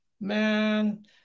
man